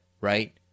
right